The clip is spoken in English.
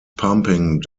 pumping